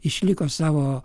išliko savo